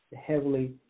heavily